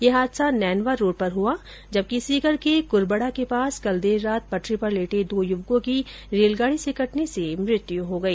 यह हादसा नैनवा रोड पर हुआ जबकि सीकर के कुर्बडा के पास कल देर रात पटरी पर लेटे दो युवकों की रेलगाडी से कटने से मृत्यु हो गई